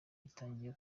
butangiye